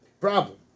problem